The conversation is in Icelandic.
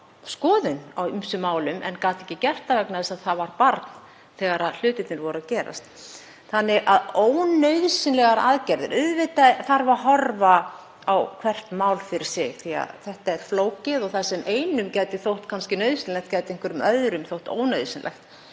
skoðun á ýmsum málum en gat ekki gert það vegna þess að það var barn þegar hlutirnir voru að gerast. Ónauðsynlegar aðgerðir — auðvitað þarf að horfa á hvert mál fyrir sig því að þetta er flókið og það sem einum gæti þótt nauðsynlegt gæti einhverjum öðrum þótt ónauðsynlegt.